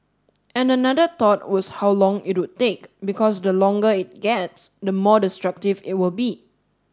and another thought was how long it would take because the longer it gets the more destructive it will be